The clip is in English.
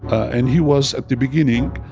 and he was, at the beginning,